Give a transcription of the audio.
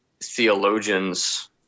theologian's